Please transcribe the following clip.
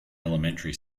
elementary